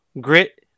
grit